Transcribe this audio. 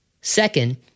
Second